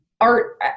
art